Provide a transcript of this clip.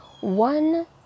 one